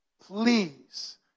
please